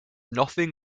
nothing